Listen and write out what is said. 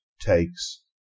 takes